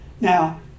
now